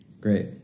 Great